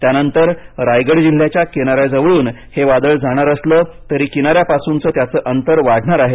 त्यानंतर रायगड जिल्ह्याच्या किनाऱ्याजवळून हे वादळ जाणार असलं तरी किनाऱ्यापासूनचं त्याचं अंतर वाढणार आहे